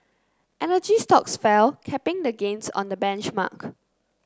energy stocks fell capping the gains on the benchmark